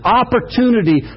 opportunity